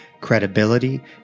credibility